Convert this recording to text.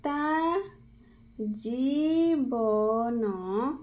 ତା ଜୀବନ